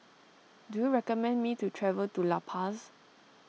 do you recommend me to travel to La Paz